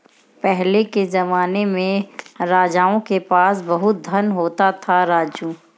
पहले के जमाने में राजाओं के पास बहुत धन होता था, राजू